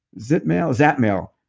zipmail? zapmail?